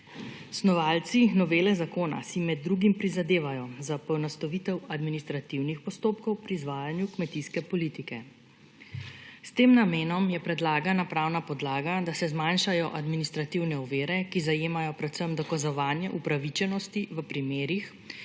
Snovalci novele zakona si med drugim prizadevajo za poenostavitev administrativnih postopkov pri izvajanju kmetijske politike. S tem namenom je predlagana pravna podlaga, da se zmanjšajo administrativne ovire, ki zajemajo predvsem dokazovanje upravičenosti v primerih,